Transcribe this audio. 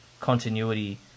continuity